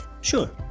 Sure